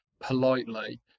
politely